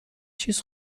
چیز